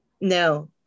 No